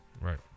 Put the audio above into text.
Right